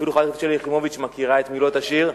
אפילו חברת הכנסת שלי יחימוביץ מכירה את מילות השיר.